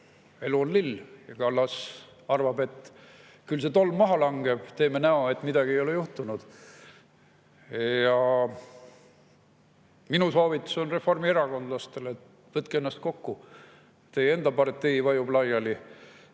elu on lill. Kallas arvab, et küll see tolm maha langeb, teeme näo, et midagi ei ole juhtunud. Minu soovitus reformierakondlastele on, et võtke ennast kokku. Teie enda partei vajub laiali